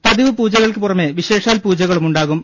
പതിവ് പൂജകൾക്ക് പുറമെ വിശേഷാൽ പൂജകളും ഉണ്ടാകും